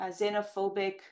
xenophobic